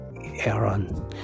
Aaron